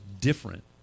different